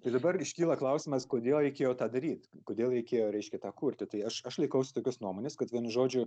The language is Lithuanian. tai dabar iškyla klausimas kodėl reikėjo tą daryt kodėl reikėjo reiškia tą kurti tai aš aš laikausi tokios nuomonės kad vienu žodžiu